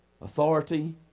authority